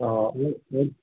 ओ